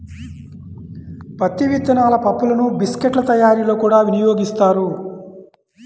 పత్తి విత్తనాల పప్పులను బిస్కెట్ల తయారీలో కూడా వినియోగిస్తారు